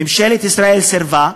ממשלת ישראל סירבה.